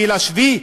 7 ביולי,